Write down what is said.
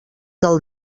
del